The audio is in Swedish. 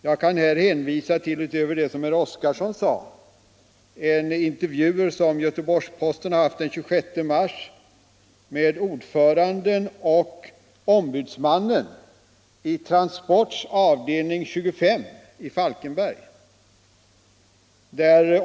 Jag kan där hänvisa till — utöver vad herr Oskarson sade — en intervju som Göteborgs-Posten hade den 26 mars med ordföranden och ombudsmannen i Transports avdelning 25 i Falkenberg.